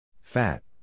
Fat